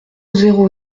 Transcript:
zéro